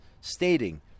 stating